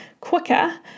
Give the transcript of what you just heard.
quicker